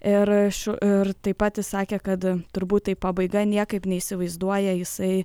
ir aš ir taip pat jis sakė kad turbūt tai pabaiga niekaip neįsivaizduoja jisai